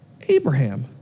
Abraham